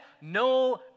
no